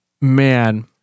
Man